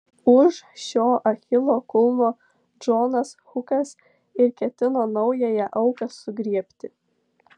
už šio achilo kulno džonas hukas ir ketino naująją auką sugriebti